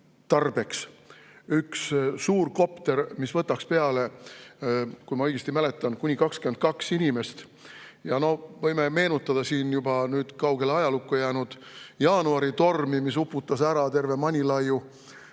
tsiviiltarbeks üks suur kopter, mis võtaks peale, kui ma õigesti mäletan, kuni 22 inimest. Võime meenutada juba kaugele ajalukku jäänud jaanuaritormi, mis uputas ära terve Manilaiu,